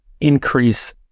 increase